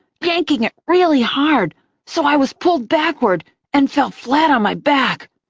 yanking it really hard so i was pulled backward and fell flat on my back.